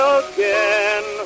again